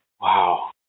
Wow